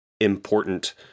important